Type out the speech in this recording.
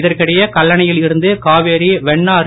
இதற்கிடையே கல்லணை யில் இருந்து காவிரி வெண்ணாறு